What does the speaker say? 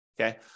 okay